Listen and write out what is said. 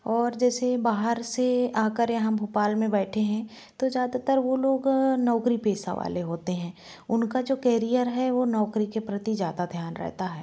और जैसे बाहर से आकर यहाँ भोपाल में बैठे हैं तो ज़्यादातर वह लोग नौकरीपेशा वाले होते हैं उनका जो कैरियर है वह नौकरी के प्रति ज़्यादा ध्यान रहता है